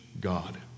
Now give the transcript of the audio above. God